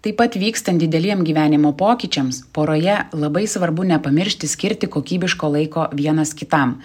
taip pat vykstant dideliem gyvenimo pokyčiams poroje labai svarbu nepamiršti skirti kokybiško laiko vienas kitam